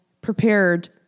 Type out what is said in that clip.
prepared